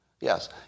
Yes